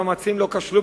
והמאמצים כשלו.